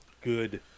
good